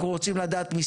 אנחנו רוצים לדעת מספרים.